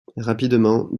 rapidement